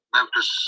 Memphis